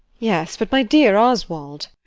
yes, but my dear oswald